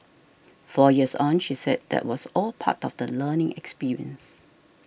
four years on she said that was all part of the learning experience